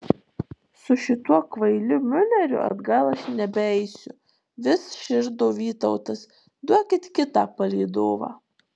su šituo kvailiu miuleriu atgal aš nebeisiu vis širdo vytautas duokit kitą palydovą